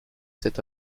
cet